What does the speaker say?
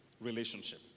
relationship